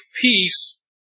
peace